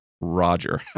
Roger